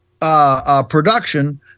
production